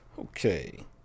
Okay